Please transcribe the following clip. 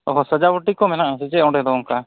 ᱚᱻ ᱦᱚᱸ ᱥᱟᱡᱟᱣ ᱜᱩᱴᱤ ᱠᱚ ᱢᱮᱱᱟᱜᱼᱟ ᱥᱮ ᱪᱮᱫ ᱚᱸᱰᱮ ᱫᱚ ᱚᱱᱠᱟ